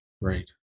Right